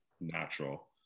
natural